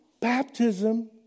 baptism